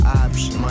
options